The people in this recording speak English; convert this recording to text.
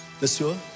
Monsieur